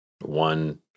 one